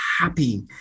happy